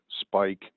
spike